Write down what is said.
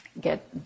get